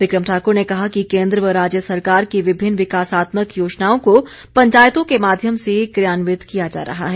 बिक्रम ठाक्र ने कहा कि केन्द्र व राज्य सरकार की विभिन्न विकासात्मक योजनाओं को पंचायतों के माध्यम से क्रियान्वित किया जा रहा है